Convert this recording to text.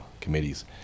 committees